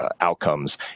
outcomes